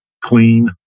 Clean